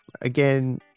Again